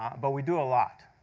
um but we do a lot.